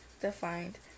defined